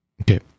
Okay